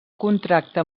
contracte